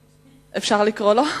אפשר לקרוא לו?